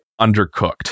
undercooked